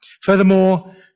Furthermore